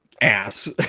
ass